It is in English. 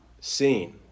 seen